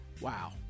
Wow